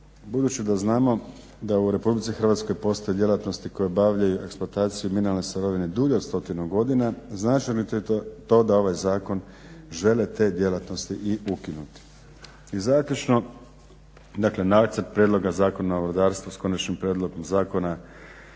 Budući da znamo da u RH postoje djelatnosti koje obavljaju eksploataciju mineralne sirovine dulje od 100 godina znači li to da ovaj zakon žele te djelatnosti i ukinuti? I zaključno, dakle nacrt prijedloga Zakona o rudarstvu s konačnim prijedlogom zakona